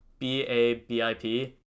BABIP